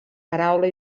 paraula